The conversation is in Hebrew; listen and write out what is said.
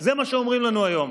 זה מה שאומרים לנו היום.